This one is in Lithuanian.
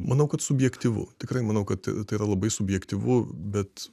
manau kad subjektyvu tikrai manau kad tai yra labai subjektyvu bet